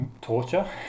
torture